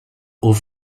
eau